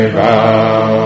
vow